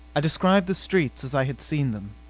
i described the streets as i had seen them.